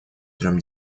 трем